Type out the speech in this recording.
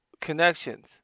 connections